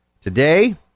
today